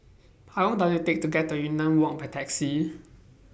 How Long Does IT Take to get to Yunnan Walk By Taxi